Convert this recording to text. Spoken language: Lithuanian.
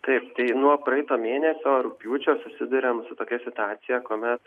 taip tai nuo praeito mėnesio rugpjūčio susiduriam su tokia situacija kuomet